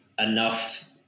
enough